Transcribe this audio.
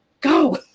go